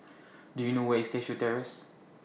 Do YOU know Where IS Cashew Terrace